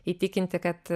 įtikinti kad